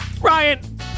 Ryan